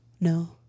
No